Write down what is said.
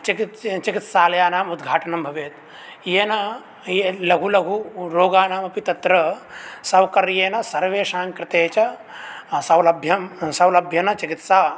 चिकित्सालयानाम् उद्घाटनं भवेत् येन लघु लघु रोगाणामपि तत्र सौकर्येण सर्वेषाङ्कृते च सौलभ्यं सौलभ्येन चिकित्सा